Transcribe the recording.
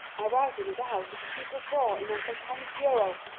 i routed it out of a secret drawer in uncle tom's bureau!